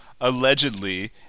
allegedly